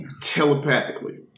telepathically